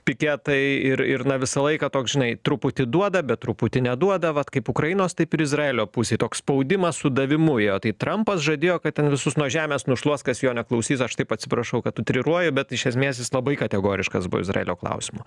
piketai ir ir na visą laiką toks žinai truputį duoda bet truputį neduoda vat kaip ukrainos taip ir izraelio pusei toks spaudimas su davimu jo tai trampas žadėjo kad ten visus nuo žemės nušluos kas jo neklausys aš taip atsiprašau kad utriruoju bet iš esmės jis labai kategoriškas buvo izraelio klausimu